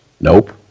nope